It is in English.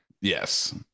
yes